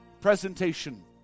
presentation